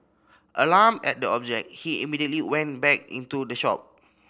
alarmed at the object he immediately went back into the shop